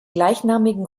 gleichnamigen